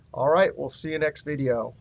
all right, we'll see you next video.